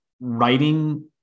writing